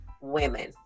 women